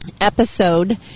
episode